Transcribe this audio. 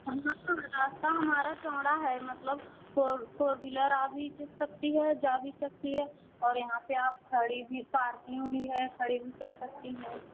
हाँ हाँ रास्ता हमारा चौड़ा है मतलब फोर फोर वीलर आ भी सकती है जा भी सकती है और यहाँ पर आप खड़ी भी पार्किंग भी है खड़ी भी कर सकती हैं